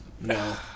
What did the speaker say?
No